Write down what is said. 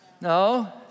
No